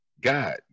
God